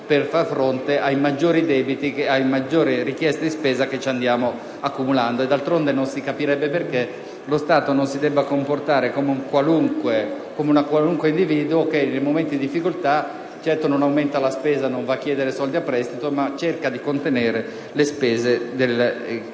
per fare fronte alle maggiori richieste di spesa che andiamo accumulando. D'altronde, non si capirebbe perché lo Stato non si debba comportare come un qualunque individuo, che in momenti di difficoltà certo non aumenta la spesa e non va a chiedere soldi a prestito ma cerca di contenere le spese che